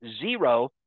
zero